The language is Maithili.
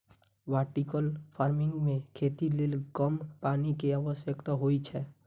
वर्टिकल फार्मिंग मे खेती लेल कम पानि के आवश्यकता होइ छै